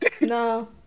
no